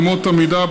אמות המידה,